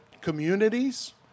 communities